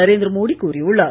நரேந்திர மோடி கூறியுள்ளார்